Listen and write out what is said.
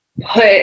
put